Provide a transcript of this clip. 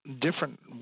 different